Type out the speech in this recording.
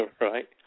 Right